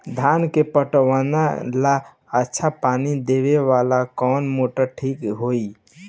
धान के पटवन ला अच्छा पानी देवे वाला कवन मोटर ठीक होई?